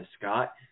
Scott